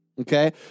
Okay